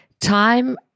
Time